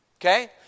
Okay